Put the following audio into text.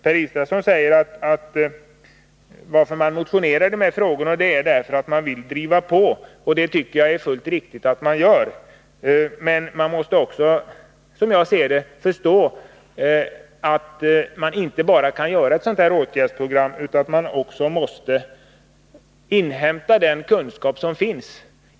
Han säger att anledningen till att vpk väckt motioner i dessa frågor är att man vill driva på. Jag tycker att det är fullt riktigt att man gör det. Men vpk måste också förstå att vi inte bara kan komma med ett åtgärdsprogram utan att först inhämta den kunskap som finns.